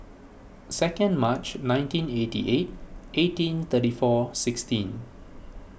second March nineteen eighty eight eighteen thirty four sixteen